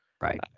right